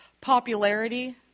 popularity